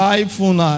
iPhone